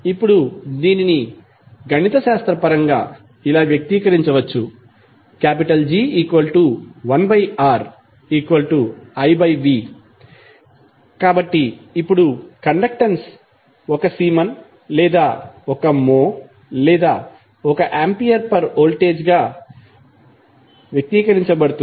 ఇప్పుడు దీనిని గణితశాస్త్రపరంగా ఇలా వ్యక్తీకరించవచ్చు G1Riv కాబట్టి ఇప్పుడు కండక్టెన్స్ 1 సీమెన్ లేదా 1 మో లేదా 1 ఆంపియర్ పర్ వోల్ట్ గా వ్యక్తీకరించబడుతుంది